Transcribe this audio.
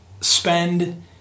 spend